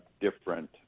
different